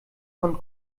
von